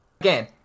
Again